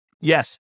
Yes